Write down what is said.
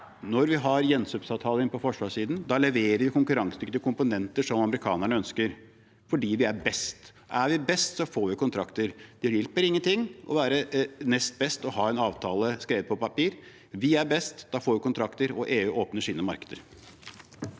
Når vi har gjenkjøpsavtaler på forsvarssiden, leverer vi konkurransedyktige komponenter som amerikanerne ønsker fordi vi er best. Er vi best, så får vi kontrakter. Det hjelper ingenting å være nest best og ha en avtale skrevet på et papir. Vi er best, da får vi kontrakter, og EU åpner sine markeder.